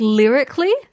lyrically